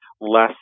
less